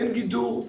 אין גידור,